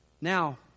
Now